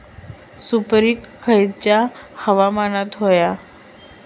सुपरिक खयचा हवामान होया?